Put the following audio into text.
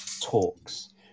talks